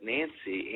Nancy